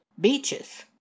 beaches